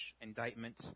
indictment